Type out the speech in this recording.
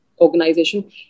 organization